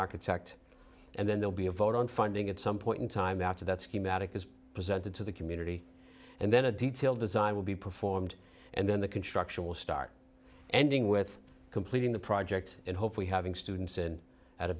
architect and then they'll be a vote on funding at some point in time after that schematic is presented to the community and then a detailed design will be performed and then the construction will start ending with completing the project and hopefully having students and at a